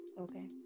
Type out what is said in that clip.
Okay